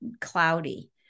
cloudy